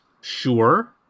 Sure